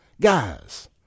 Guys